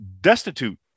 destitute